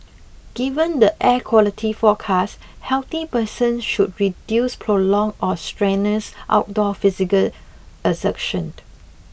given the air quality forecast healthy persons should reduce prolonged or strenuous outdoor physical exertion